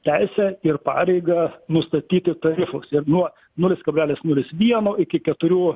teisę ir pareigą nustatyti tarifus ir nuo nulis kablelis nulis vieno iki keturių